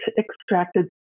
extracted